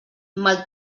mal